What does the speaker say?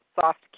soft